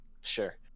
Sure